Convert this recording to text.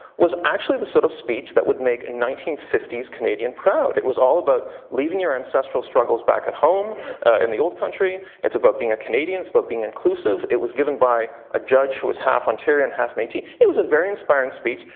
was actually the sort of speech that would make a nineteen fifty s canadian proud it was all about leaving your ancestral struggles back at home in the old country, it's about being a canadian, it's about but being inclusive, it was given by a judge who was half ontarian and half metis. it was a very inspiring speech.